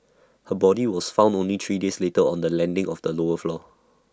her body was found only three days later on the landing of the lower floor